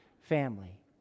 family